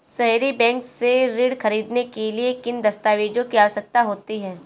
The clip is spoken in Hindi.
सहरी बैंक से ऋण ख़रीदने के लिए किन दस्तावेजों की आवश्यकता होती है?